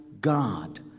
God